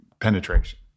penetration